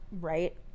right